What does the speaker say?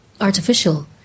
artificial